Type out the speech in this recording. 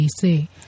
DC